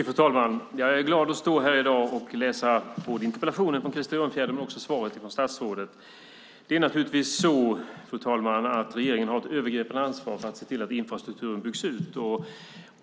Fru talman! Jag är glad att stå här i dag och läsa interpellationen från Krister Örnfjäder och höra svaret från statsrådet. Regeringen har naturligtvis ett övergripande ansvar för att se till att infrastrukturen byggs ut.